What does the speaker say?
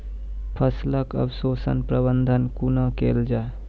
फसलक अवशेषक प्रबंधन कूना केल जाये?